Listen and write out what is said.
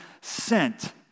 sent